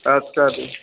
आटसा दे